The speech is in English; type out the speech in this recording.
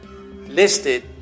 listed